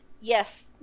Yes